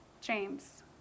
James